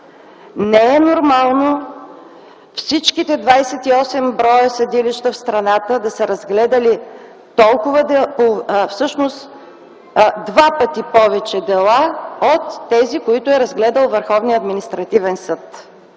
Не е нормално всичките 28 броя съдилища в страната да са разгледали два пъти повече дела от тези, които е разгледал